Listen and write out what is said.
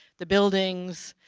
the buildings,